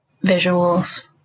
Visuals